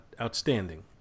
outstanding